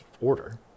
order